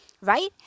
right